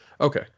Okay